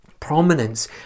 prominence